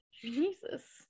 Jesus